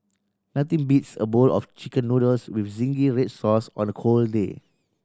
nothing beats a bowl of Chicken Noodles with zingy red sauce on a cold day